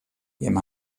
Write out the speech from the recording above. jimme